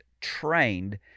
trained